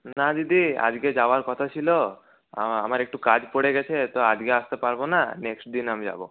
না দিদি আজকে যাওয়ার কথা ছিল আমার একটু কাজ পরে গেছে তো আজকে আসতে পারব না নেক্সট দিন আমি যাব